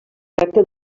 tracta